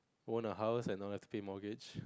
own a house and not have to pay mortgage